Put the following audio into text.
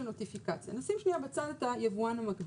נוטיפיקציה נשים שנייה בצד את היבואן המקביל,